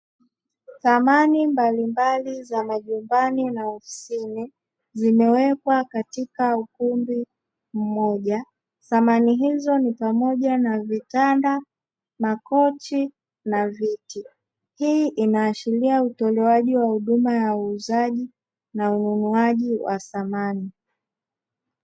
Samani mbalimbali za majumbani na ofisini zimewekwa katika ukumbi mmoja. Samani hizo ni pamoja na vitanda, makochi na viti. Hii inaashiria utolewaji wa huduma ya uuzaji na ununuaji wa samani.